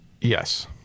Yes